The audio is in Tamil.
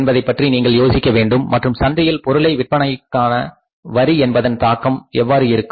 என்பதை பற்றி நீங்கள் யோசிக்க வேண்டும் மற்றும் சந்தையில் பொருளை விற்பதற்காக வரி என்பதன் தாக்கம் எவ்வாறு இருக்கும்